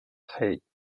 hey